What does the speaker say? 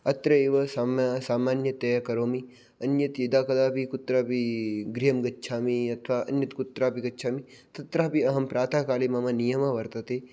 अत्र एव साम् सामान्यतया करोमि अन्यत् यदा कदापि कुत्रापि गृहं गच्छामि अथवा अन्यत् कुत्रापि गच्छामि तत्रापि अहं प्रातःकाले मम नियमः वर्तते